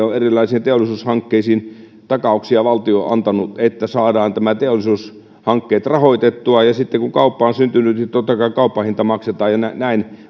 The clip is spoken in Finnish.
on erilaisiin teollisuushankkeisiin takauksia valtio antanut että saadaan nämä teollisuushankkeet rahoitettua sitten kun kauppa on syntynyt niin totta kai kauppahinta maksetaan ja näin